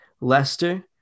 Leicester